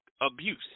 abuse